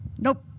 Nope